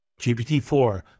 GPT-4